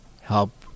help